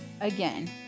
Again